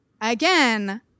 again